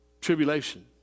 Tribulation